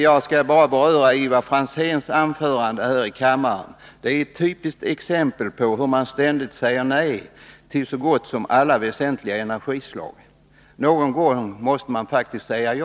Jag skall bara beröra Ivar Franzéns anförande här i kammaren. Det är ett typiskt exempel på hur man ständigt säger nej till så gott som alla väsentliga energislag — någon gång måste man faktiskt säga ja.